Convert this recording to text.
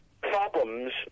problems